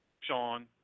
Sean